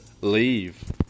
leave